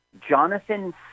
Jonathan